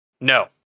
No